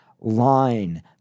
line